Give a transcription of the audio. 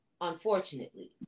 unfortunately